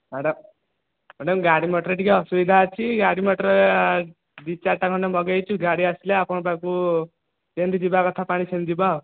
madam madam ଗାଡ଼ି motor ଟିକିଏ ଅସୁବିଧା ଅଛି ଗାଡ଼ି ମଟର ଦୁଇ ଚାରିଟା ଖଣ୍ଡେ ମଗେଇଛୁ ଗାଡ଼ି ଆସିଲେ ଆପଣଙ୍କ ପାଖକୁ ଯେମିତି ଯିବା କଥା ପାଣି ସେମିତି ଯିବ ଆଉ